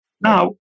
Now